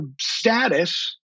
status